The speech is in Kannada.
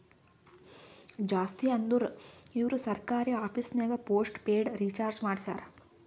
ಜಾಸ್ತಿ ಅಂದುರ್ ಇವು ಸರ್ಕಾರಿ ಆಫೀಸ್ನಾಗ್ ಪೋಸ್ಟ್ ಪೇಯ್ಡ್ ರೀಚಾರ್ಜೆ ಮಾಡಸ್ತಾರ